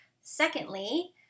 secondly